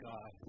God